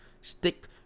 Stick